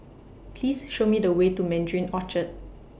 Please Show Me The Way to Mandarin Orchard